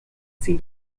sea